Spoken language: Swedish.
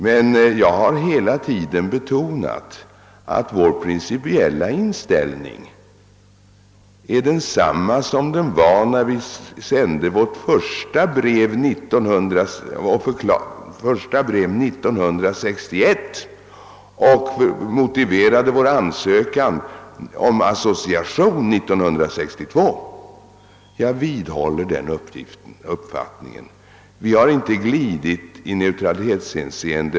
Men jag har hela tiden betonat att vår principiella inställning är densamma som den var när vi avsände vårt första brev 1961 och motiverade vår ansökan om association 1962. Jag vidhåller den uppfattningen. Vi har inte glidit på något sätt i neutralitetsfrågan.